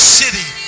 city